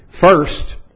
first